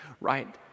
right